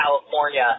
California